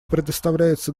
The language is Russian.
предоставляется